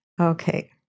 Okay